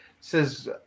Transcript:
says